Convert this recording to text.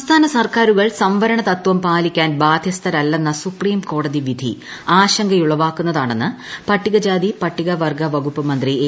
സംസ്ഥാന സർക്കാരുകൾ സംവരണതത്വം പാലിക്കാൻ ബാധ്യസ്ഥരല്ലെന്ന സുപ്രീംകോടതി വിധി ആശങ്കയുളവാക്കുന്നതാണെന്ന് പട്ടികജാതി പട്ടിക വർഗ വകുപ്പ് മന്ത്രി എ